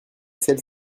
celle